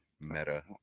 Meta